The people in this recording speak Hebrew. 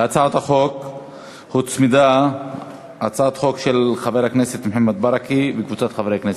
להצעת החוק הוצמדה הצעת חוק של חבר הכנסת מוחמד ברכה וקבוצת חברי הכנסת.